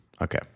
okay